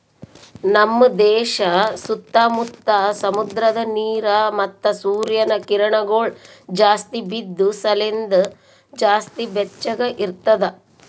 ನಮ್ ದೇಶ ಸುತ್ತಾ ಮುತ್ತಾ ಸಮುದ್ರದ ನೀರ ಮತ್ತ ಸೂರ್ಯನ ಕಿರಣಗೊಳ್ ಜಾಸ್ತಿ ಬಿದ್ದು ಸಲೆಂದ್ ಜಾಸ್ತಿ ಬೆಚ್ಚಗ ಇರ್ತದ